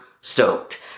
stoked